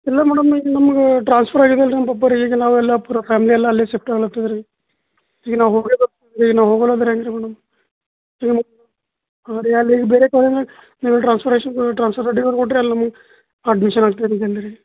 ಇಲ್ಲ ಮೇಡಮ್ ಈಗ ನಮ್ಗೆ ಟ್ರಾನ್ಸ್ಫರ್ ಆಗ್ಯಾದೆ ಅಲ್ಲ ರೀ ನಮ್ಮ ಪಪ್ಪರಿಗೆ ಈಗ ನಾವು ಎಲ್ಲ ಪೂರಾ ಫ್ಯಾಮ್ಲಿ ಎಲ್ಲ ಅಲ್ಲೇ ಶಿಫ್ಟ್ ಆಗಲು ಹತ್ತೀವ್ ರೀ ಈಗ ನಾವು ಹೋಗಲೇ ಬೇಕು ರೀ ನಾವು ಹೋಗೊಲ್ಲಾ ಅಂದ್ರೆ ಹೆಂಗೆ ರೀ ಮೇಡಮ್ ಇಲ್ಲ ಹಾಂ ರೀ ಅಲ್ಲಿ ಬೇರೆ ಕಡೆನು ಎಲ್ಲಿ ಟ್ರಾನ್ಸ್ಫರೇಶನ್ನು ಟ್ರಾನ್ಸ್ಫರ್ ರೆಡಿ ಮಾಡಿಕೊಟ್ರೆ ಅಲ್ಲಿ ನಮಗೆ ಅಡ್ಮಿಶನ್ ಆಗಲೆ ಬೇಕಲ್ಲ ರೀ